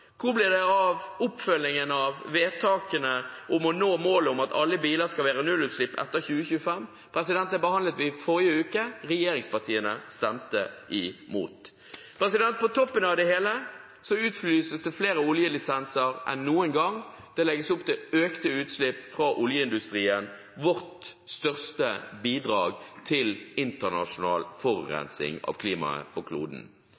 Hvor ble det av oppfølgingen av vedtaket om å nå målet om at alle biler skal være nullutslippsbiler etter 2025? Det behandlet vi i forrige uke – regjeringspartiene stemte imot. På toppen av det hele utlyses det flere oljelisenser enn noen gang. Det legges opp til økte utslipp fra oljeindustrien – vårt største bidrag til internasjonal forurensing av klimaet på kloden.